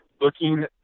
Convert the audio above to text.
looking